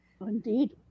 Indeed